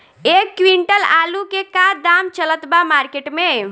एक क्विंटल आलू के का दाम चलत बा मार्केट मे?